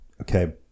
okay